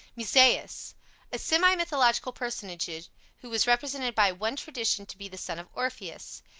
musaeus a semi-mythological personage who was represented by one tradition to be the son of orpheus.